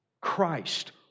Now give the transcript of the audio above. Christ